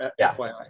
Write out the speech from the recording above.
FYI